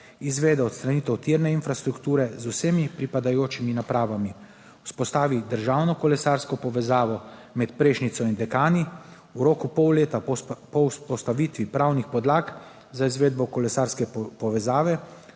izvede odstranitev tirne infrastrukture z vsemi pripadajočimi napravami, vzpostavi državno kolesarsko povezavo med Prešnico in Dekani, v roku pol leta po vzpostavitvi pravnih podlag za izvedbo kolesarske povezave